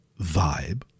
vibe